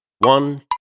one